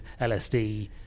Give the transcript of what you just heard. LSD